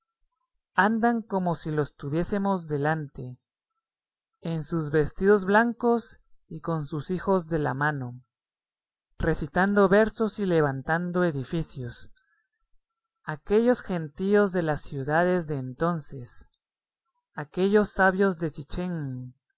andan como si los tuviésemos delante en sus vestidos blancos y con sus hijos de la mano recitando versos y levantando edificios aquellos gentíos de las ciudades de entonces aquellos sabios de chichén